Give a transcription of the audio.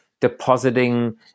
depositing